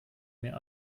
mir